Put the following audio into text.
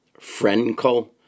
Frenkel